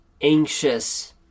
anxious